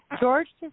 George